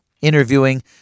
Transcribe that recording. interviewing